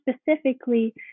specifically